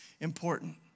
important